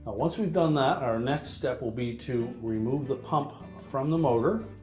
but once we've done that, our next step will be to remove the pump from the motor.